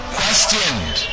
questioned